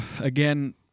again